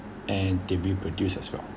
and did we produced as well